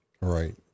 Right